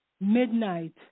Midnight